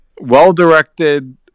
well-directed